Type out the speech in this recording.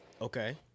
Okay